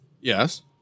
Yes